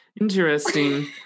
interesting